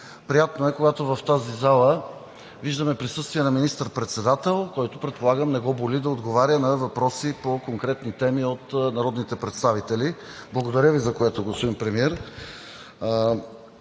приятно е, когато в тази зала виждаме присъствие на министър-председател, който, предполагам, не го боли да отговаря на въпроси по конкретни теми от народните представители. Благодаря Ви за което, господин Премиер!